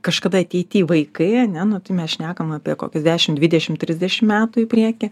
kažkada ateity vaikai ane nu tai mes šnekam apie kokius dešim dvidešim trisdešim metų į priekį